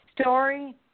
story